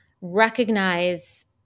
recognize